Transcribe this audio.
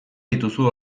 dituzu